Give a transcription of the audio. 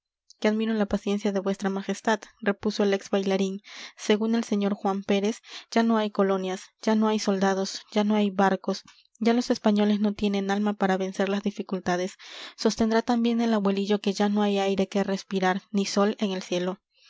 que admiro la paciencia de vuestra majestad repuso el ex bailarín según el señor juan pérez ya no hay colonias ya no hay soldados ya no hay barcos ya los españoles no tienen alma para vencer las dificultades sostendrá también el abuelillo que ya no hay aire que respirar ni sol en el cielo